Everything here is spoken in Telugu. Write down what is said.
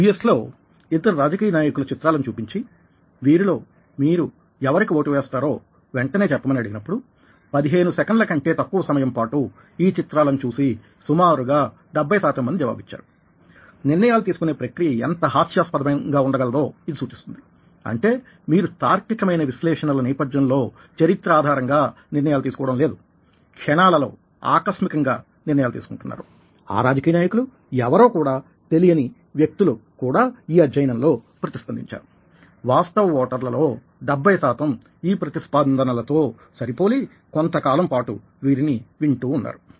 యు ఎస్ లో ఇద్దరు రాజకీయ నాయకుల చిత్రాలను చూపించి వీరిలో మీరు ఎవరికి ఓటు వేస్తారో వెంటనే చెప్పమని అడిగినప్పుడు 15 సెకనుల కంటే తక్కువ సమయం పాటు ఈ చిత్రాలను చూసి సుమారుగా 70 శాతం మంది జవాబు ఇచ్చారు నిర్ణయాలు తీసుకునే ప్రక్రియ ఎంత హాస్యాస్పదంగా ఉండగలదో ఇది సూచిస్తోంది అంటే మీరు తార్కికమైన విశ్లేషణల నేపథ్యంలో చరిత్ర ఆధారంగా నిర్ణయాలు తీసుకోవడం లేదు క్షణాలలో ఆకస్మికంగా నిర్ణయాలు తీసుకుంటున్నారు ఆ రాజకీయ నాయకులు ఎవరో కూడా తెలియని వ్యక్తులు కూడా ఈ అధ్యయనంలో ప్రతిస్పందించారు వాస్తవ ఓటర్లలో 70 శాతం ఈ ప్రతిస్పందనల తో సరిపోలి కొంత కొంత కాలం పాటు వీరిని వింటూ ఉన్నారు